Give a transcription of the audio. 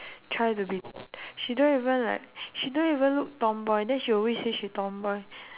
try to be she don't even like she don't even look tomboy then she always say she tomboy